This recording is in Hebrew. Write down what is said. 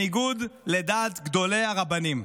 בניגוד לדעת גדולי הרבנים?